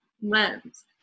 lens